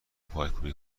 پایکوبی